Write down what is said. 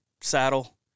saddle